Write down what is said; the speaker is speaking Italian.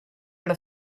alla